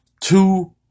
Two